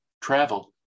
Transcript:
travel